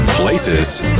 places